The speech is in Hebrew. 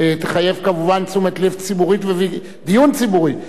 תשומת לב ציבורית ודיון ציבורי,